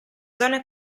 zone